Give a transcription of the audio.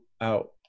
out